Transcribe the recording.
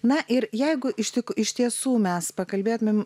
na ir jeigu iš tik iš tiesų mes pakalbėtumėm